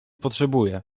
potrzebuję